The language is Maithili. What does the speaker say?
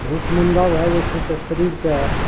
भूख मंन्दा भए जाइ छै तऽ शरीरके